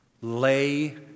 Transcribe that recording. Lay